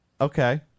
okay